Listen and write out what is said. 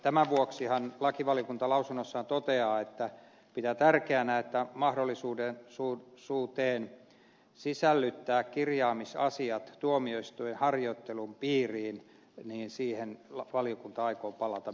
tämän vuoksihan lakivaliokunta lausunnossaan toteaa että se pitää tärkeänä että mahdollisuuteen sisällyttää kirjaamisasiat tuomioistuinharjoittelun piiriin valiokunta aikoo palata